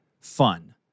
fun